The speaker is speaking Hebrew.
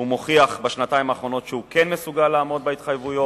הוא מוכיח בשנתיים האחרונות שהוא כן מסוגל לעמוד בהתחייבויות.